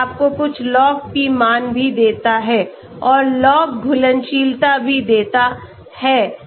यह आपको कुछ Log P मान भी देता है और log घुलनशीलता भी देता है